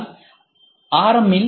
ஆனால் ஆர்